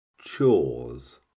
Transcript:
Chores